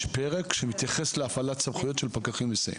יש פרק שמתייחס להפעלת סמכויות של פקחים מסייעים.